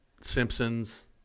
Simpsons